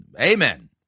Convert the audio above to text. Amen